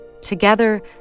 Together